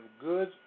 good